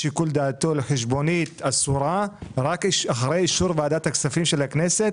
שיקול דעתו לחשבונית אסורה רק אחרי אישור ועדת הכספים של הכנסת